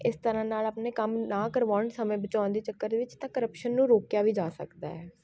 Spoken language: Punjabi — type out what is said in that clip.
ਇਸ ਤਰ੍ਹਾਂ ਨਾਲ਼ ਆਪਣੇ ਕੰਮ ਨਾ ਕਰਵਾਉਣ ਸਮੇਂ ਬਚਾਉਣ ਦੇ ਚੱਕਰ ਵਿੱਚ ਤਾਂ ਕਰਪਸ਼ਨ ਨੂੰ ਰੋਕਿਆ ਵੀ ਜਾ ਸਕਦਾ ਹੈ